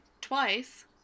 twice